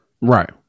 Right